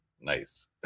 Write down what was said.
Nice